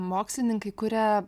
mokslininkai kuria